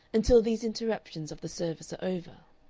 until these interruptions of the service are over.